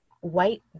white